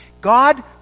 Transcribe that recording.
God